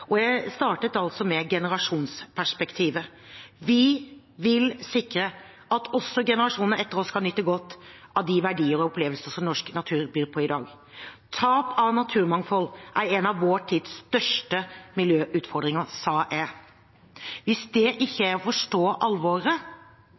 og jeg startet altså med generasjonsperspektivet. Vi vil sikre at også generasjonene etter oss kan nyte godt av de verdier og opplevelser som norsk natur byr på i dag. Tap av naturmangfold er en av vår tids største miljøutfordringer, sa jeg. Hvis det ikke